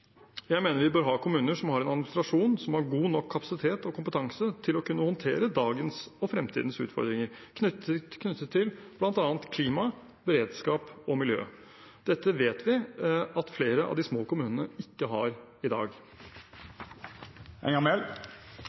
Jeg mener vi bør ha kommuner som har en administrasjon som har god nok kapasitet og kompetanse til å kunne håndtere dagens og fremtidens utfordringer, knyttet til bl.a. klima, beredskap og miljø. Dette vet vi at flere av de små kommunene ikke har i dag.